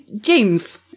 James